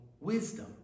wisdom